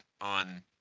on